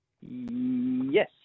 Yes